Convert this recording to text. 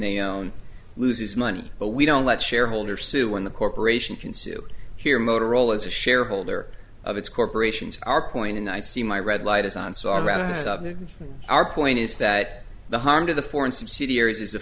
they own loses money but we don't let shareholder sue when the corporation can sue here motorola as a shareholder of its corporations are point and i see my red light is on so rather than from our point is that the harm to the foreign subsidiaries is a